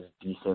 decent